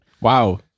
Wow